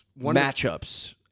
matchups